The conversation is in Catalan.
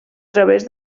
través